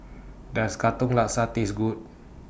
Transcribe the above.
Does Katong Laksa Taste Good